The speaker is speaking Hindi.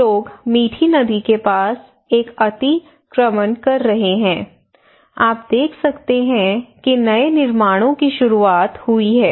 कुछ लोग मीठी नदी के पास एक अतिक्रमण कर रहे हैं आप देख सकते हैं कि नए निर्माणों की शुरुआत हुई है